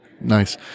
Nice